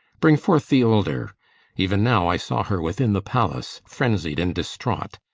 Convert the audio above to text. bring forth the older even now i saw her within the palace, frenzied and distraught.